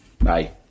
Bye